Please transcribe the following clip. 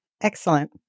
Excellent